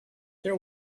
there